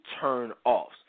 turn-offs